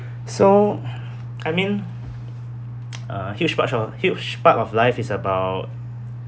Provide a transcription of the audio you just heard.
so I mean a huge part of huge part of life is about